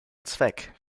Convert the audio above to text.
zweck